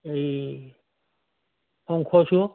এই শংখচূৰ